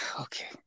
Okay